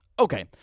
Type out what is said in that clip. Okay